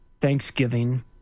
Thanksgiving